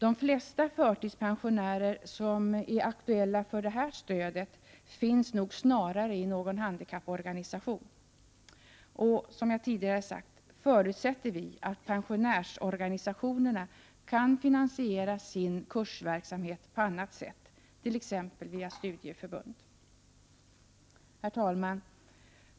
De flesta förtidspensionärer, som är aktulla för detta stöd, finns nog snarare i någon handikapporganisation. Som jag tidigare har sagt, förutsätter vi att pensionärsorganisationerna kan finansiera sin kursverksamhet på annat sätt, t.ex. via studieförbund. Herr talman!